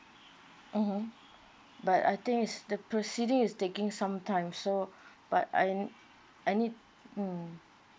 mmhmm but I think is the proceeding is taking some time so but I I need mm